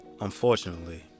unfortunately